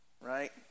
right